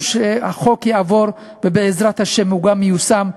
שהחוק יעברו ובעזרת השם הוא גם ייושם,